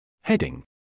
Heading